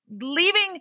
leaving